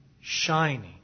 shining